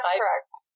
correct